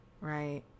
right